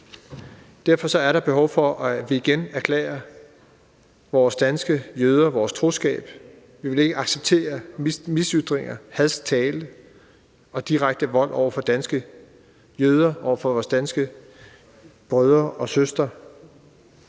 Derfor er der behov for, at vi igen erklærer vores danske jøder vores troskab. Vi vil ikke acceptere mishagsytringer, hadsk tale og direkte vold over for danske jøder, over for vores danske brødre og søstre.